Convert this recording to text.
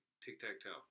tic-tac-toe